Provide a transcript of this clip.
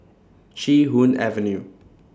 Chee Hoon Avenue